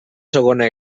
segona